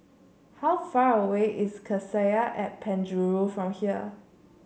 how far away is Cassia at Penjuru from here